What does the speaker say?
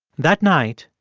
that night,